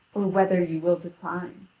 or whether you will decline.